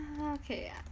Okay